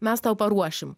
mes tau paruošim